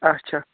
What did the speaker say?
اچھا